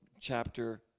chapter